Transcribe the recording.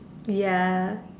ya